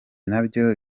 nabyo